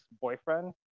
boyfriend